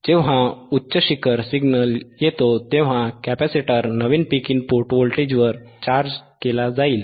जेव्हा उच्च शिखर उच्च पीक सिग्नल येतो तेव्हा कॅपेसिटर नवीन पीक इनपुट व्होल्टेजवर चार्ज केला जाईल